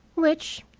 which,